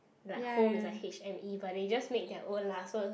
like home is like H_M_E but they just made their own lah so